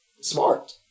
smart